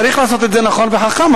צריך לעשות את זה נכון וחכם,